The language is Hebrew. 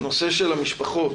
הנושא של המשפחות.